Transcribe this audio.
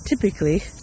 typically